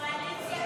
כהצעת